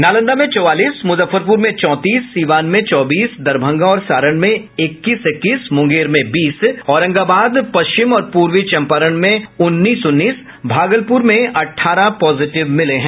नालंदा में चौवालीस मुजफ्फरपुर में चौंतीस सीवान में चौबीस दरभंगा और सारण में इक्कीस इक्कीस मुंगेर में बीस औरंगाबाद पश्चिम और पूर्वी चंपारण में उन्नीस उन्नीस भागलपुर में अठारह पॉजिटिव मिले हैं